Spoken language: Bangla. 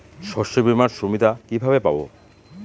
শস্যবিমার সুবিধা কিভাবে পাবো?